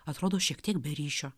atrodo šiek tiek be ryšio